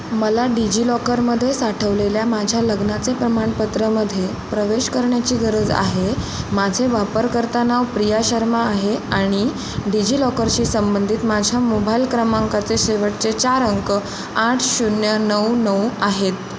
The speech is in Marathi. मला डिजि लॉकरमधे साठवलेल्या माझ्या लग्नाचे प्रमाणपत्रमध्ये प्रवेश करण्याची गरज आहे माझे वापरकर्ता नाव प्रिया शर्मा आहे आणि डिजि लॉकरशी संबंधित माझ्या मोबाईल क्रमांकाचे शेवटचे चार अंक आठ शून्य नऊ नऊ आहेत